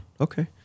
okay